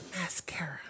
mascara